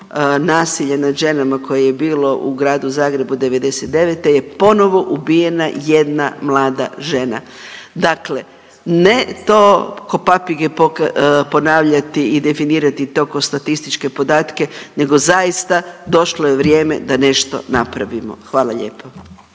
nasilje nad ženama koje je bilo u gradu Zagrebu '99. je ponovo ubijena jedna mlada žena. Dakle ne to ko papige ponavljati i definirati to kao statističke podatke nego zaista došlo je vrijeme da nešto napravimo. Hvala lijepa.